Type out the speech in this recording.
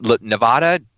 Nevada